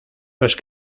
page